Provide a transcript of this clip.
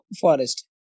forest